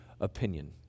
opinion